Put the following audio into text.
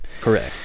Correct